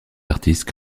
artistes